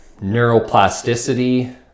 neuroplasticity